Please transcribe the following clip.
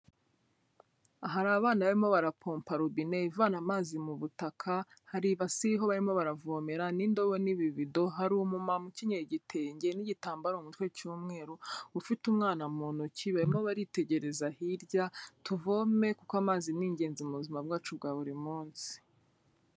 Hari abana barimo barapompa robine ivana amazi mu butaka, hari ibasi iriho barimo baravomera n'indobo n'ibibido, hari umumama ukenyeye igitenge n'igitambaro mu mutwe cy'umweru, ufite umwana mu ntoki, barimo baritegereza hirya, tuvome kuko amazi ni ingenzi mu buzima bwacu bwa buri munsi.